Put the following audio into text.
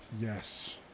Yes